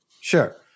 Sure